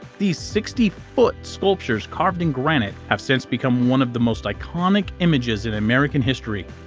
these sixty foot sculptures carved in granite have since become one of the most iconic images in american history.